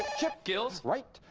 chip? gills. right.